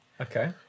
Okay